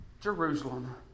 Jerusalem